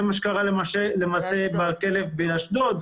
למעשה, זה מה שקרה עם הכלב באשדוד.